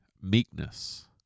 meekness